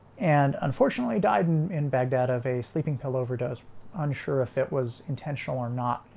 and unfortunately died and in baghdad of a sleeping pill overdose unsure if it was intentional or not.